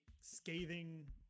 scathing